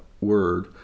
word